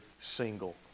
single